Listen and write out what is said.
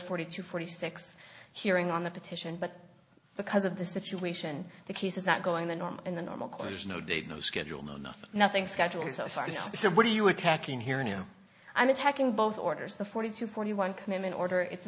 forty two forty six hearing on the petition but because of the situation the case is not going the norm in the normal course no date no schedule no nothing nothing scheduled so sorry so what are you attacking here and i'm attacking both orders the forty two forty one commitment order it's